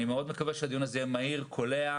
אני מקווה מאוד שהדיון הזה יהיה מהיר וקולע.